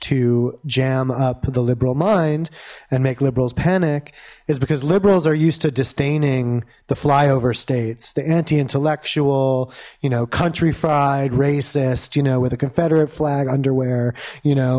to jam up the liberal mind and make liberals panic is because liberals are used to disdaining the flyover states they anti intellectual you know country fried racist you know with a confederate flag underwear you know